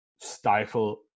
stifle